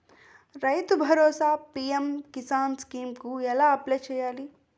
రైతు భరోసా PM Kisan scheme కు ఎలా అప్లయ్ చేయాలి?